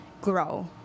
grow